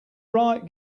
riot